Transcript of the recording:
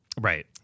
Right